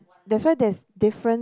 that's why there's difference